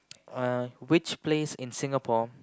uh which place in Singapore